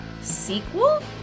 sequel